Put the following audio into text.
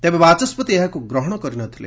ତେବେ ବାଚସ୍କତି ଏହାକୁ ଗ୍ରହଣ କରିନଥିଲେ